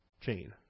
chain